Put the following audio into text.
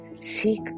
seek